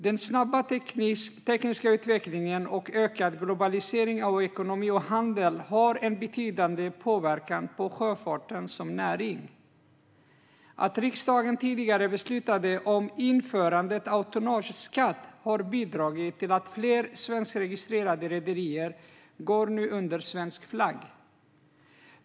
Den snabba tekniska utvecklingen och ökad globalisering av ekonomi och handel har en betydande påverkan på sjöfarten som näring. Att riksdagen tidigare beslutade om införandet av tonnageskatt har bidragit till att fler svenskregistrerade rederier nu går under svensk flagg.